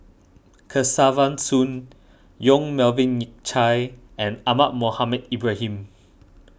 Kesavan Soon Yong Melvin Yik Chye and Ahmad Mohamed Ibrahim